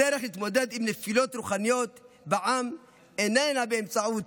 הדרך להתמודד עם נפילות רוחניות בעם איננה באמצעות